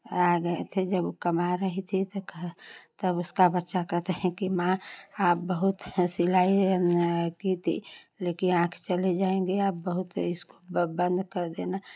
आ गए थे जब वो कमा रही थी ख तब उसका बच्चा कहते हैं कि माँ अब बहुत है सिलाई की थी लेकिन आँख चली जाएंगी आप बहुत इसको ब बन्द कर देना